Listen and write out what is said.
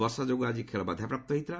ବର୍ଷା ଯୋଗୁଁ ଆକି ଖେଳ ବାଧାପ୍ରାପ୍ତ ହୋଇଥିଲା